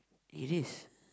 it is